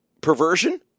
perversion